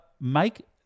make